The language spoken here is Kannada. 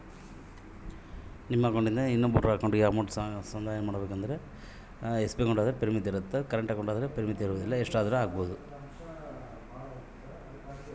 ನನ್ನ ಅಕೌಂಟಿಂದ ಇನ್ನೊಂದು ಅಕೌಂಟಿಗೆ ಕನಿಷ್ಟ ಎಷ್ಟು ದುಡ್ಡು ಹಾಕಬಹುದು?